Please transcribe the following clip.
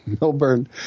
Milburn